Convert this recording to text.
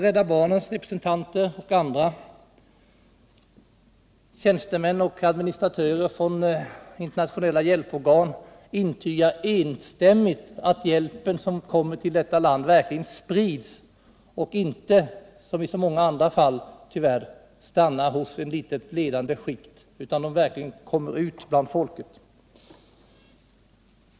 Rädda barnens representanter och andra tjänstemän och administratörer från internationella hjälporgan intygar enstämmigt att Hjälpen som kommer till detta land verkligen sprids. Den stannar inte, vilket tyvärr händer i så många andra fall, hos ett litet ledande skikt utan den kommer ut till folket.